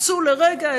אימצו לרגע,